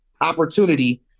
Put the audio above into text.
opportunity